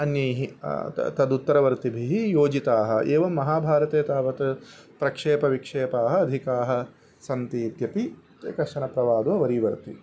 अन्यैः ता तदुत्तरवर्तिभिः योजिताः एवं महाभारते तावत् प्रक्षेपविक्षेपाः अधिकाः सन्ति इत्यपि ते कश्चन प्रवादो वरीवर्ति